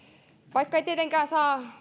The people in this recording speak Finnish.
vaikka ei tietenkään saa